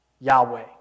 Yahweh